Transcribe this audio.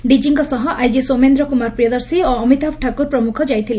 ଡିଜିଙ୍କ ସହ ଆଇଜି ସୌମେନ୍ କୁମାର ପ୍ରିୟଦର୍ଶୀ ଓ ଅମିତାଭ ଠାକୁର ପ୍ରମୁଖ ଯାଇଥିଲେ